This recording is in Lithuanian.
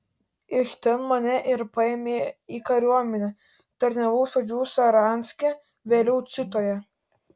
iš ten mane ir paėmė į kariuomenę tarnavau iš pradžių saranske vėliau čitoje